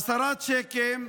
עשרה צ'קים שחוזרים,